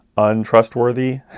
untrustworthy